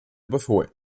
befohlen